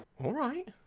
alright,